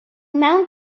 mewn